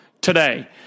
today